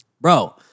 Bro